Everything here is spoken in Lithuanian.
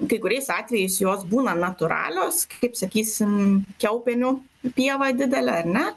kai kuriais atvejais jos būna natūralios k kaip sakysim kiaupienių pieva didelė ar ne